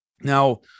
Now